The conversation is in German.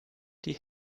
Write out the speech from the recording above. die